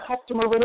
customer